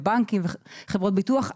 בנקים וחברות ביטוח,